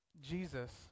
Jesus